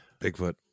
Bigfoot